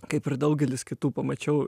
kaip ir daugelis kitų pamačiau